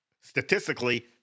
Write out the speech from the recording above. statistically